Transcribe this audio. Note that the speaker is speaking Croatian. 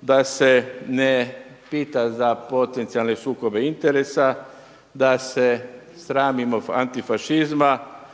da se ne pita za potencijalne sukobe interesa, da se sramimo antifašizma,